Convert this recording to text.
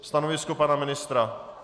Stanovisko pana ministra?